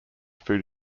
food